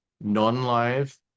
non-live